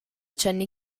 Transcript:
cenni